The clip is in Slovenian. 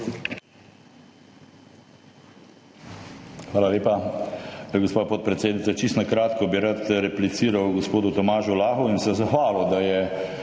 Hvala lepa. Gospa podpredsednica, čisto na kratko bi rad repliciral gospodu Tomažu Lahu in se mu zahvalil, da je